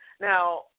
Now